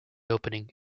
opening